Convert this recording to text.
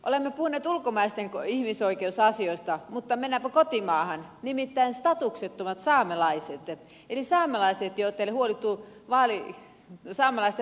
olemme puhuneet ulkomaisten ihmisoikeusasioista mutta mennäänpä kotimaahan nimittäin statuksettomiin saamelaisiin eli saamelaisiin joita ei ole huolittu saamelaisten vaaliluetteloon